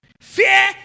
Fear